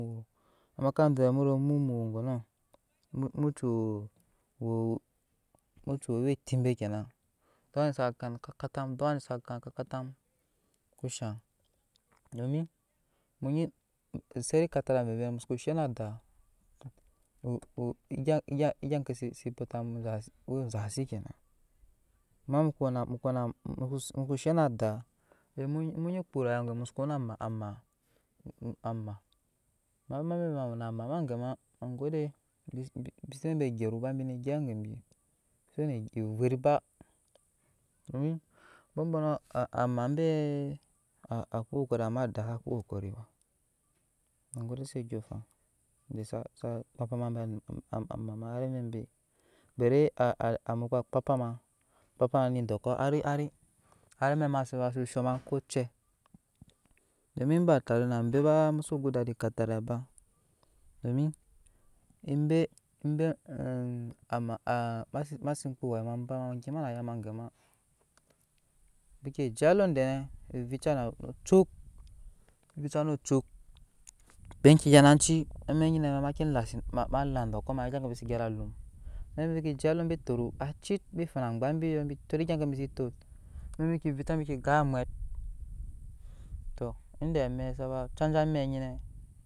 Amaka mu de vɛɛ wero mu muwe gɔnɔɔ mu mu cii woo mu cii woo owɛ eti be ktena duk awa ni saa gan ka katam duk awa ni saa gan ka katam kushaŋ bi munyi esete katarai vovei musoko she na adaa tato egya ke se bɔtamu we eza si kyena ame muko zhena adaa mu nyi kpoo ama yuwa gemu musoko we na amaa amaa wma bebe mawe na amama ma gode bise we abe gyeru ba bi ne gyɛp gebi bi se sewene evet ba domn abɔbɔnɔ amaa bee akpaa okɔkɔri amana adaa sa upaa akɔkɔɔri ba ma gode se andyɔɔŋfan ide sa kpam pama abe amam hari bebe beri amokpa kpam pama ebe dɔkɔ hari hari amɛk ema sa zhoo me ko oce domiin eba tare na abe bamuso go dadi katarai ba ebe ebe ema se kpaa owayo ma ba ma gema na ayaa ma gema bike no ocuk kpaa enke gya na cii amɛk nyinɛ ma ema lasit ddɔɔ dege igya kebi segya ede alum amɛk nyi bi fu ait bi funa angbabi yɔɔ bi tot egyake bi se gyɛp se tot amɛk nyinɛ bike vica bike gan amwet tɔɔ inde amɛk saba canja amɛk nyinɛ.